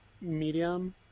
medium